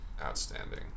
outstanding